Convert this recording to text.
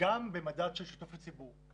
גם במדד של שיתוף הציבור.